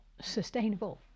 sustainable